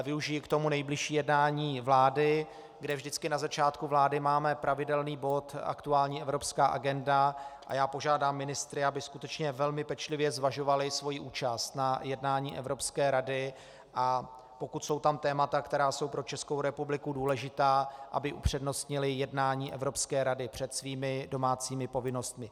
Využiji k tomu nejbližší jednání vlády, kde vždycky na začátku vlády máme pravidelný bod aktuální evropská agenda, a požádám ministry, aby skutečně velmi pečlivě zvažovali svoji účast na jednání Evropské rady, a pokud jsou tam témata, která jsou pro Českou republiku důležitá, aby upřednostnili jednání Evropské rady před svými domácími povinnostmi.